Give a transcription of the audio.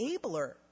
enabler